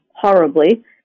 horribly